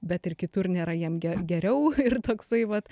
bet ir kitur nėra jam geriau ir toksai vat